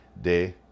day